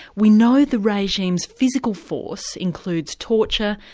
we know the regime's physical force includes torture,